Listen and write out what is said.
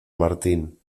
martín